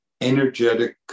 energetic